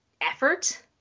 effort